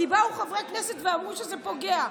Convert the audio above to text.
כי באו חברי כנסת ואמרו שזה פוגע.